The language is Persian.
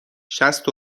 شصت